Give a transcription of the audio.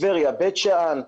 בית שאן,